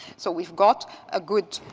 so we've got a good,